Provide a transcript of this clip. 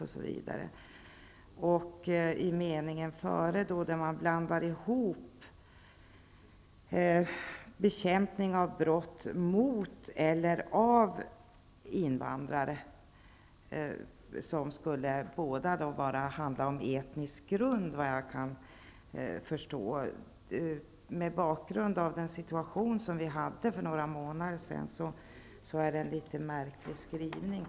I meningen innan blandar man ihop bekämpning av brott riktade mot invandrare med bekämpning av brott begångna av invandrare. Vad jag kan förstå skulle båda dessa typer av brott ha att göra med etnisk grund. Mot bakgrund av situationen för några månader sedan är det faktiskt en litet märklig skrivning.